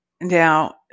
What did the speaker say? Now